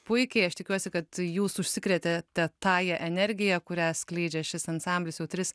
puikiai aš tikiuosi kad jūs užsikrėtėte tąja energija kurią skleidžia šis ansamblis jau tris